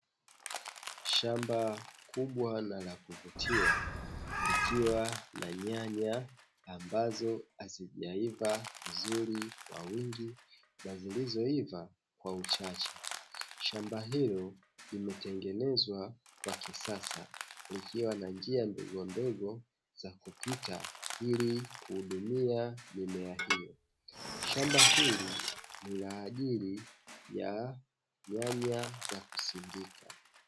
Shamba kubwa na la kuvutiwa, likiwa na nyanya ambazo hazijaiva vizuri kwa wingi na zilizoiva kwa uchache. Shamba hilo limetengenezwa kwa kisasa likiwa na njia ndogo ndogo za kupita ili kuhudumia mimea hiyo. Shamba hili ni la ajili ya nyanya za kusindika.